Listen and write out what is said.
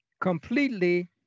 completely